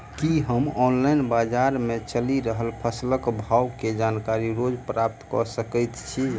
की हम ऑनलाइन, बजार मे चलि रहल फसलक भाव केँ जानकारी रोज प्राप्त कऽ सकैत छी?